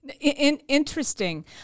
Interesting